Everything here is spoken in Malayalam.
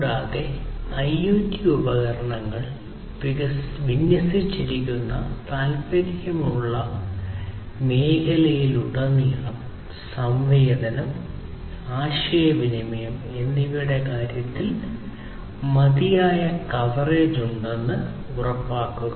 കൂടാതെ IoT ഉപകരണങ്ങൾ വിന്യസിച്ചിരിക്കുന്ന താൽപ്പര്യമുള്ള മേഖലയിലുടനീളം സംവേദനം ആശയവിനിമയം എന്നിവയുടെ കാര്യത്തിൽ മതിയായ കവറേജ് ഉണ്ടെന്ന് ഉറപ്പാക്കുക